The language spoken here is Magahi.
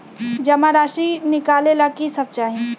जमा राशि नकालेला कि सब चाहि?